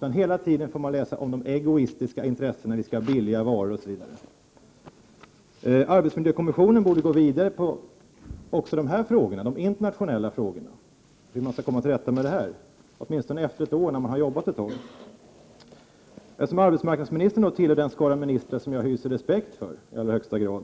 Man får i stället hela tiden läsa om våra egoistiska intressen, vårt behov av billiga varor osv. Arbetsmiljökommissionen borde också ta upp de här internationella frågorna och hur man skall kunna komma till rätta med dem. Så borde ske åtminstone efter det att man har arbetat under ett år. Arbetsmarknadsministern tillhör den skara av ministrar som jag i högsta grad hyser respekt för,